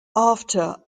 after